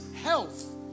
health